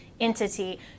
entity